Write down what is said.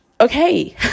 okay